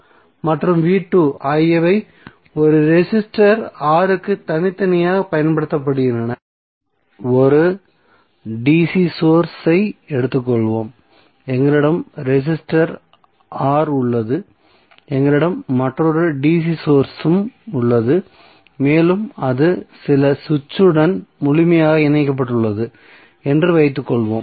மற்றும் ஆகியவை ஒரு ரெசிஸ்டர் R க்கு தனித்தனியாகப் பயன்படுத்தப்படுகின்றன 1 dc சோர்ஸ் ஐ எடுத்துக்கொள்வோம் எங்களிடம் ரெசிஸ்டர் R உள்ளது எங்களிடம் மற்றொரு dc சோர்ஸ் உம் உள்ளது மேலும் அது சில சுவிட்சுடன் முழுமையாக இணைக்கப்பட்டுள்ளது என்று வைத்துக்கொள்வோம்